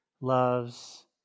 loves